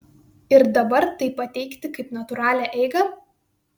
ir dabar tai pateikti kaip natūralią eigą